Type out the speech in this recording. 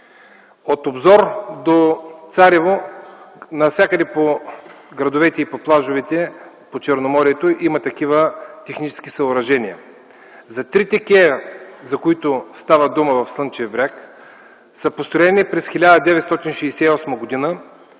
От Обзор до Царево навсякъде по градовете и по плажовете по Черноморието има такива технически съоръжения. Трите кея, за които става дума – в Слънчев бряг, са построени през 1968 г. и